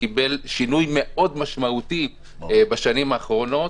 שקיבל שינוי מאוד משמעותי בשנים האחרונות